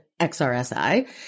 XRSI